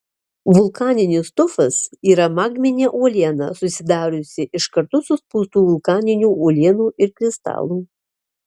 vulkaninis tufas yra magminė uoliena susidariusi iš kartu suspaustų vulkaninių uolienų ir kristalų